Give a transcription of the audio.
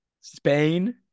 Spain